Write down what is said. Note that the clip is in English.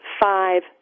five